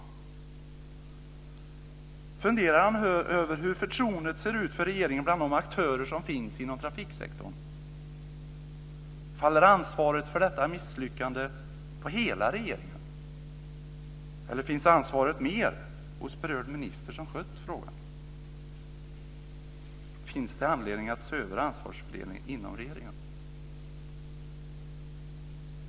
Funderar han över hur förtroendet ser ut för regeringen bland de aktörer som finns inom trafiksektorn? Faller ansvaret för detta misslyckande på hela regeringen, eller faller ansvaret mer på berörd minister, som skött frågan? Finns det anledning att se över ansvarsfördelningen inom regeringen?